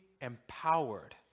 empowered